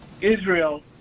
Israel